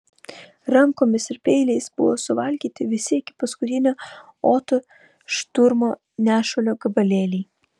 rankomis ir peiliais buvo suvalgyti visi iki paskutinio oto šturmo nešulio gabalėliai